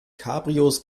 cabrios